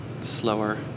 slower